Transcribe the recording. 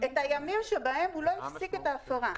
את הימים שבהם הוא לא הפסיק את ההפרה.